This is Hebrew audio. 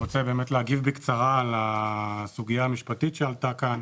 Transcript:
רוצה להגיב בקצרה על הסוגיה המשפטית שעלתה כאן.